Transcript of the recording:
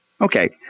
Okay